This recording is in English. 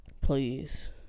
Please